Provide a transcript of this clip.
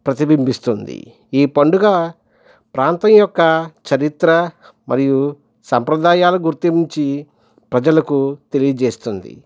ప్రతిబింబిస్తుంది ఈ పండుగ ప్రాంతం యొక్క చరిత్ర మరియు సంప్రదాయాలు గుర్తించి ప్రజలకు తెలియజేస్తుంది